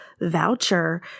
voucher